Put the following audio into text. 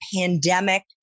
pandemic